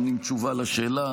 עונים תשובה על השאלה.